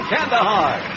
Kandahar